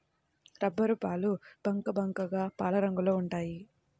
రబ్బరుపాలు బంకబంకగా పాలరంగులో ఉంటాయి